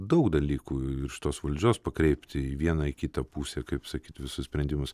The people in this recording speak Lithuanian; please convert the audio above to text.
daug dalykų iš tos valdžios pakreipti į vieną į kitą pusę kaip sakyt visus sprendimus